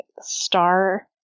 star